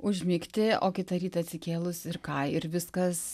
užmigti o kitą rytą atsikėlus ir ką ir viskas